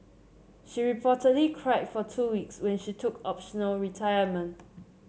she reportedly cried for two weeks when she took optional retirement